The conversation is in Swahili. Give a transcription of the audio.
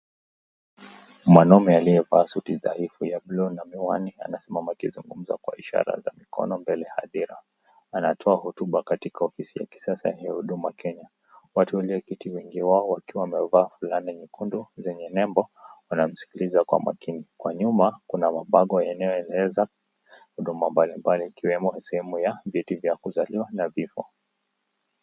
Mwanamume aliyevaa suti dhaifu ya blue na miwani anasimama akizungumza kwa ishara za mikono mbele ya hadhira. Anatoa hotuba katika ofisi ya kisasa ya huduma Kenya. Watu walioketi wengi wao wakiwa wamevaa fulana nyekundu zenye nembo wanamsikiliza kwa makini. Kwa nyuma kuna mabango yanayoeleza huduma mbalimbali ikiwemo sehemu ya vyeti vya kuzaliwa na vifo.